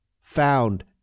found